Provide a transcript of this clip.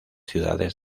ciudades